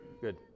Good